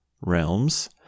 realms